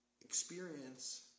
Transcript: Experience